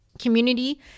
community